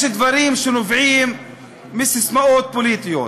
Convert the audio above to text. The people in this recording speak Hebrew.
יש דברים שנובעים מססמאות פוליטיות,